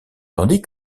tandis